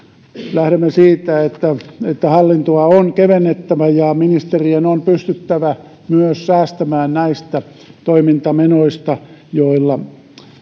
lähdemme siitä että että hallintoa on kevennettävä ja ministeriöiden on pystyttävä myös säästämään näistä toimintamenoista